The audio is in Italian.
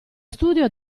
studio